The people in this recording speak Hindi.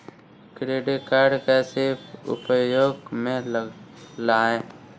क्रेडिट कार्ड कैसे उपयोग में लाएँ?